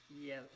Yes